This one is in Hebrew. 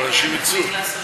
אבל אנשים יצאו.